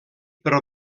per